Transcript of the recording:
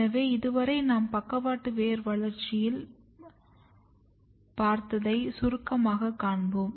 எனவே இதுவரை நாம் பக்கவாட்டு வேர் வளர்ச்சியில் பார்த்ததை சுருக்கமாக காண்போம்